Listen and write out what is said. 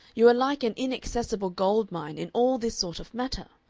you are like an inaccessible gold-mine in all this sort of matter.